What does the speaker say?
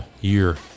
year